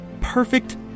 perfect